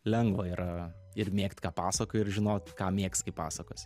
lengva yra ir mėgt ką pasakoji ir žinot ką mėgs kai pasakosi